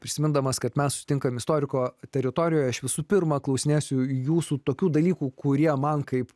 prisimindamas kad mes sutinkame istoriko teritorijoje aš visų pirma klausinėsiu jūsų tokių dalykų kurie man kaip